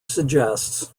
suggests